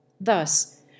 Thus